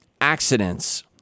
accidents